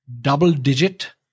double-digit